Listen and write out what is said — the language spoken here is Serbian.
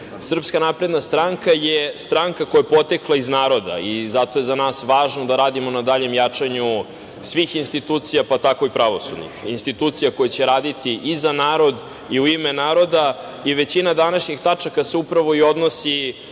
Srbije, SNS je stranka koja je potekla iz naroda i zato je za nas važno da radimo na daljem jačanju svih institucija, pa tako i pravosudnih institucija, institucija koje će raditi i za narod i u ime naroda i većina današnjih tačaka se upravo i odnosi